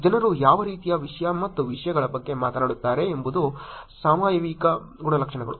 ಜನರು ಯಾವ ರೀತಿಯ ವಿಷಯ ಮತ್ತು ವಿಷಯಗಳ ಬಗ್ಗೆ ಮಾತನಾಡುತ್ತಾರೆ ಎಂಬುದು ಸಾಮಯಿಕ ಗುಣಲಕ್ಷಣಗಳು